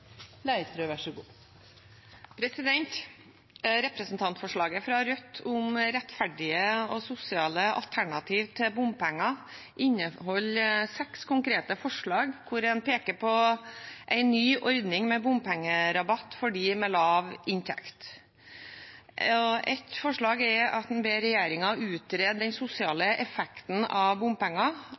Representantforslaget fra Rødt om rettferdige og sosiale alternativ til bompenger inneholder seks konkrete forslag, der man peker på en ny ordning med bompengerabatt for dem med lav inntekt. Ett forslag er at man ber regjeringen utrede den sosiale effekten av bompenger